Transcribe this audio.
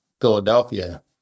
Philadelphia